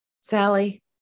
Sally